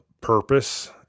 purpose